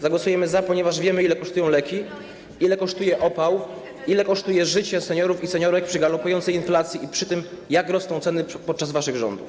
Zagłosujemy „za”, ponieważ wiemy, ile kosztują leki, ile kosztuje opał, ile kosztuje życie seniorów i seniorek przy galopującej inflacji i przy tym, jak rosną ceny podczas waszych rządów.